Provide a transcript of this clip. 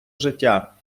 життя